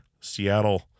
Seattle